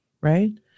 Right